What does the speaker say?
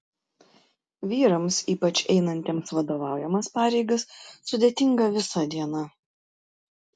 vyrams ypač einantiems vadovaujamas pareigas sudėtinga visa diena